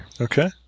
Okay